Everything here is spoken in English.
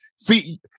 See